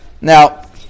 Now